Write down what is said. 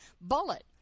Bullet